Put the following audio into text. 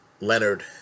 Leonard